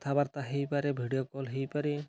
କଥାବାର୍ତ୍ତା ହେଇପାରେ video call ହେଇପାରେ